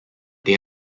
they